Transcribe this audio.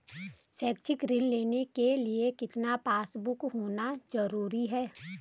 शैक्षिक ऋण लेने के लिए कितना पासबुक होना जरूरी है?